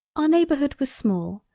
our neighbourhood was small,